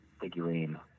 figurine